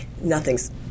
nothing's